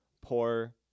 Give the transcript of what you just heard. poor